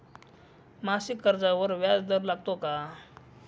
मासिक कर्जावर व्याज दर लागतो का?